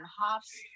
hops